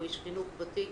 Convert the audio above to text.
הוא איש חינוך ותיק,